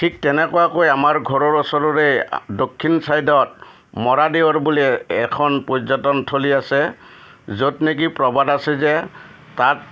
ঠিক তেনেকুৱাকৈ আমাৰ ঘৰৰ ওচৰৰে দক্ষিণ ছাইডত মৰা দেউৰ বুলি এখন পৰ্যটন থলী আছে য'ত নেকি প্ৰবাদ আছে যে তাত